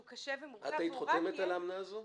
קשה ומורכב --- את היית חותמת על האמנה הזאת?